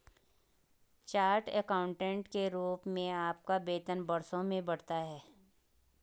chartered accountant के रूप में आपका वेतन वर्षों में बढ़ता है